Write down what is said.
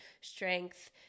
strength